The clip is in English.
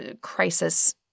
crisis